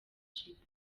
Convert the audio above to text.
sheebah